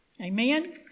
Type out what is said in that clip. Amen